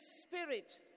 spirit